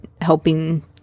helping